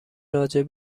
راجع